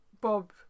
Bob